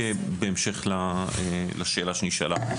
רק בהמשך לשאלה שנשאלה.